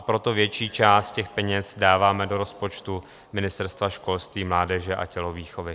Proto větší část těch peněz dáváme do rozpočtu Ministerstva školství, mládeže a tělovýchovy.